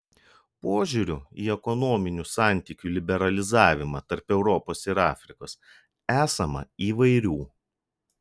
požiūrių į ekonominių santykių liberalizavimą tarp europos ir afrikos esama įvairių